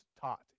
taught